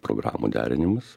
programų derinimas